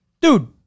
dude